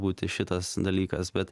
būti šitas dalykas bet